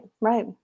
Right